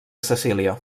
cecília